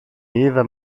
είδα